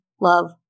Love